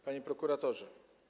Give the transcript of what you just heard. Panie Prokuratorze!